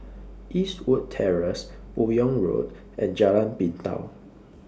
Eastwood Terrace Buyong Road and Jalan Pintau